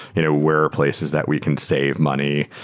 you know where are places that we can save money?